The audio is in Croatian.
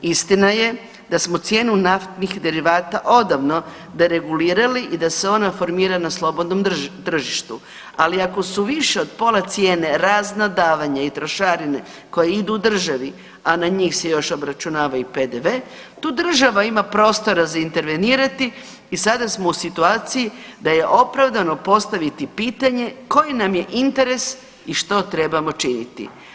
Istina je da smo cijenu naftnih derivata odavno deregulirali i da se ona formira na slobodnom tržištu, ali ako su više od pola cijene razna davanja i trošarine koje idu državi, a na njih se još obračunava i PDV, tu država ima prostora na intervenirati i sada smo u situaciji da je opravdano postaviti pitanje koji nam je interes i što trebamo činiti?